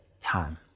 time